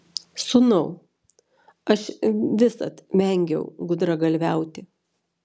sūnau aš visad vengiau gudragalviauti